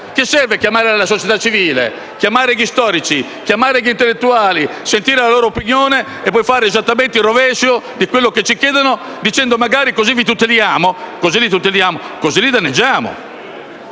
cosa serve chiamare la società civile, gli storici, gli intellettuali, sentire la loro opinione e poi fare esattamente il contrario di quello che ci chiedono, dicendo che così li tuteliamo? Ma come li tuteliamo? Così li danneggiamo,